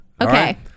Okay